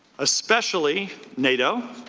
especially nato?